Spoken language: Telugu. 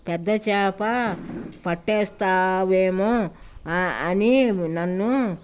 పెద్ద చేప పట్టేస్తావేమో అని నన్ను